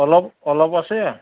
অলপ অলপ আছে